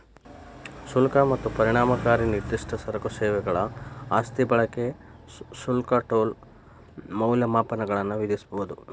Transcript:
ಶುಲ್ಕ ಮತ್ತ ಪರಿಣಾಮಕಾರಿ ನಿರ್ದಿಷ್ಟ ಸರಕು ಸೇವೆಗಳ ಆಸ್ತಿ ಬಳಕೆ ಶುಲ್ಕ ಟೋಲ್ ಮೌಲ್ಯಮಾಪನಗಳನ್ನ ವಿಧಿಸಬೊದ